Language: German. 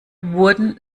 wurden